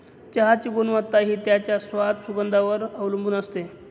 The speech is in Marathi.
चहाची गुणवत्ता हि त्याच्या स्वाद, सुगंधावर वर अवलंबुन असते